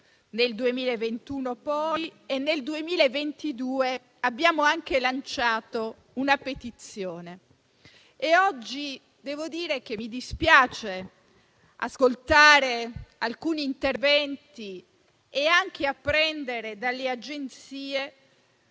nel 2021 e nel 2022 abbiamo anche lanciato una petizione. Oggi devo dire che mi dispiace ascoltare alcuni interventi e apprendere dalle agenzie